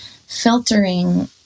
filtering